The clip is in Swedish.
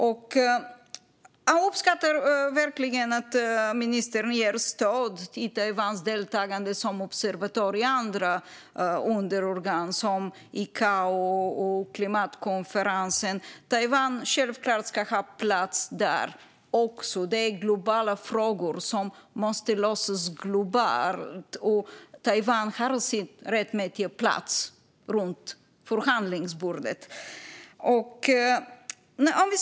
Jag uppskattar verkligen att ministern ger stöd till Taiwans deltagande som observatör i andra underorgan, som ICAO och klimatkonferensen. Taiwan ska självklart ha en plats där också. Det är globala frågor som måste lösas globalt. Och Taiwan har sin rättmätiga plats vid förhandlingsbordet.